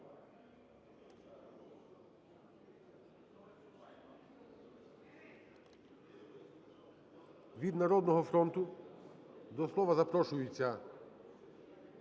Від "Народного фронту" до слова запрошується